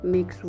Mix